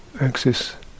axis